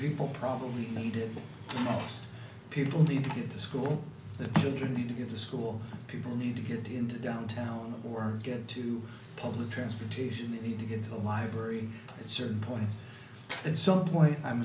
people probably need it most people need to get to school the children need to get to school people need to get into downtown or get to public transportation to get to the library at certain points at some point i'm